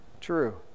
True